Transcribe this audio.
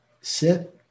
sit